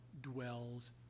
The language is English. dwells